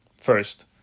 first